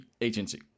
agency